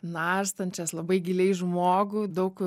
narstančias labai giliai žmogų daug